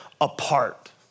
apart